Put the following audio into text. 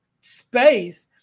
space